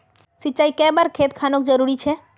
सिंचाई कै बार खेत खानोक जरुरी छै?